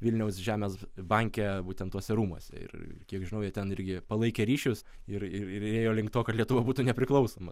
vilniaus žemės banke būtent tuose rūmuose ir kiek žinau jie ten irgi palaikė ryšius ir ir ir ėjo link to kad lietuva būtų nepriklausoma